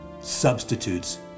substitutes